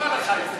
אני אומר לך את זה.